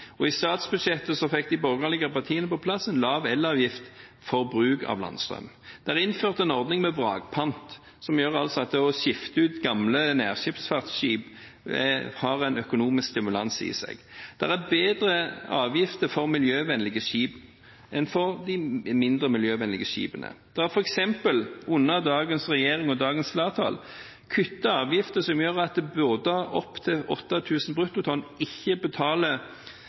og i statsbudsjettet fikk de borgerlige partiene på plass en lav elavgift for bruk av landstrøm. Det er innført en ordning med vrakpant, som gjør at utskifting av gamle nærskipsfartsskip har en økonomisk stimulans i seg. Det er bedre avgifter for miljøvennlige skip enn for mindre miljøvennlige skip. Det er under dagens regjering og dagens flertall f.eks. kuttet avgifter som gjør at fartøy på opptil 8 000 bruttotonn ikke betaler